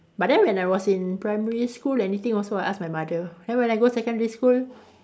but then when I was in primary school anything also I ask my mother then when I go secondary school